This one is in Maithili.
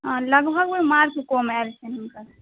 लगभगमे मार्क कम आएल छनि हुनकर